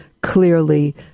clearly